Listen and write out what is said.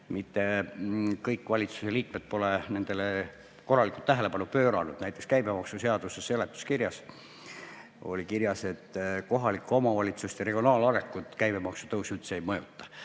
Mitte kõik valitsusliikmed pole nendele korralikult tähelepanu pööranud. Näiteks käibemaksuseaduse seletuskirjas oli kirjas, et kohalike omavalitsuste regionaalarengut käibemaksu tõus üldse ei mõjuta.